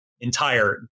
entire